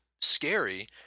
scary